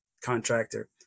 contractor